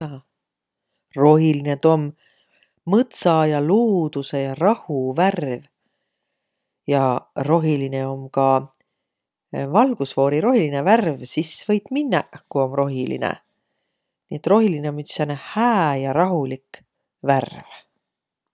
Rohilinõ tuu om mõtsa ja luudusõ ja rahu värv. Ja rohilinõ om ka valgusfoori rohilinõ värv. Sis võit minnäq, ku om rohilinõ. Nii et rohilinõ om üts sääne hää ja rahulik värv.